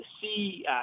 see